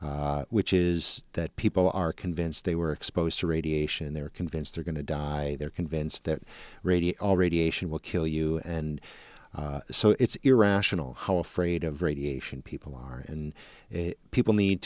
phobia which is that people are convinced they were exposed to radiation they're convinced they're going to die they're convinced that radio radiation will kill you and so it's irrational how afraid of radiation people are and people need